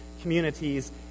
communities